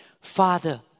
Father